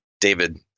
David